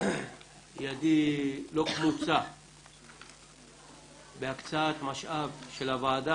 ידי לא קמוצה בהקצאת משאב של הוועדה